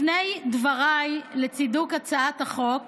לפני דבריי לצידוק הצעת החוק